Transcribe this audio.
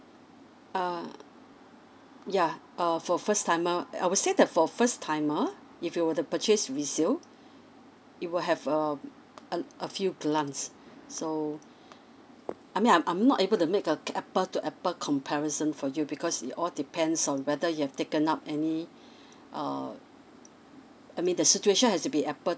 err yeah uh for first timer I will say the for first timer if you were the purchase resale it will have um a a few glance so I mean I'm I'm not able to make a to apple to apple comparison for you because it all depends on whether you have taken up any err I mean the situation has to be apple